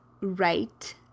right